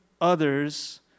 others